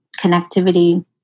connectivity